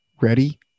Ready